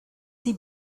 sie